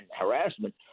harassment